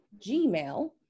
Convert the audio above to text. gmail